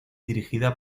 dirigida